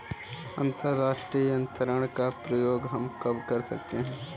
अंतर्राष्ट्रीय अंतरण का प्रयोग हम कब कर सकते हैं?